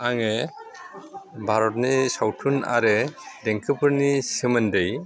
आङो भारतनि सावथुन आरो देंखोफोरनि सोमोन्दै